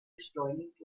beschleunigt